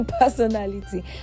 personality